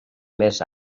més